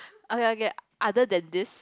okay okay other than this